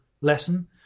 lesson